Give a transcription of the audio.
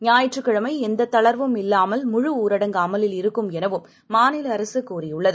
ஞாயிற்றுக்கிழமைஎந்ததளர்வும்இல்லாமல்முழுஊரடங்குஅமலில்இருக்கும்எ னவும்மாநிலஅரசுகூறியுள்ளது